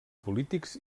polítics